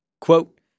quote